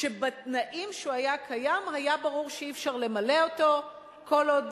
שבתנאים שהוא היה קיים היה ברור שאי-אפשר למלא אותו כל עוד